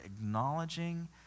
acknowledging